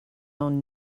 own